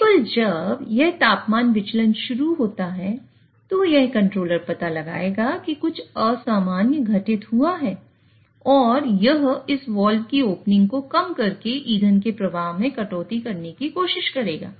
केवल जब यह तापमान विचलन करना शुरू होता है तो यह कंट्रोलर पता लगाएगा कि कुछ असामान्य घटित हुआ है और यह इस वाल्व की ओपनिंग को कम करके ईंधन के प्रवाह में कटौती करने की कोशिश करेगा